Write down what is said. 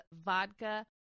vodka